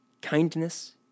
kindness